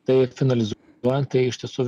tai finalizuojant tai iš tiesų